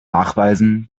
nachweisen